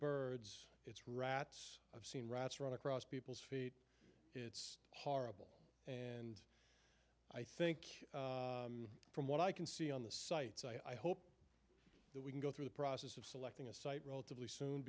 birds it's rats i've seen rats run across people's feet it's horrible and i think from what i can see on the site so i hope that we can go through the process of selecting a site relatively soon